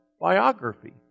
biography